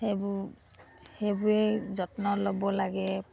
সেইবোৰ সেইবোৱেই যত্ন ল'ব লাগে